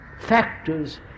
factors